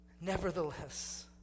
nevertheless